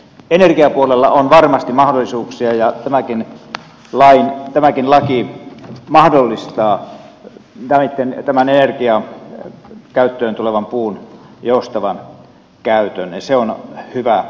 energiapuolella on varmasti mahdollisuuksia ja tämäkin laki mahdollistaa tämän energiakäyttöön tulevan puun joustavan käytön ja se on hyvä asia